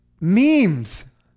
memes